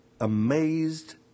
amazed